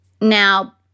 Now